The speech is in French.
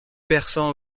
persan